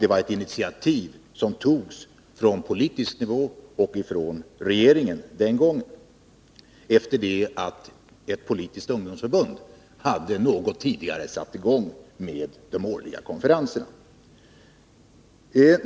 Det var ett initiativ från politiskt håll, bl.a. från regeringen — efter det att ett politiskt ungdomsförbund något tidigare hade satt i gång med de årliga konferenserna.